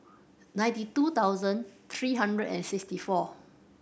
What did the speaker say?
ninety two thousand three hundred and sixty four